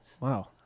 Wow